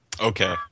Okay